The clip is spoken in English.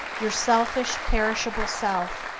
your selfish, perishable self,